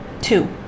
Two